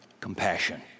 compassion